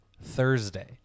Thursday